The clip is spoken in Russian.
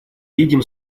видим